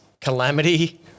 calamity